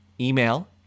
email